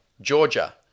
Georgia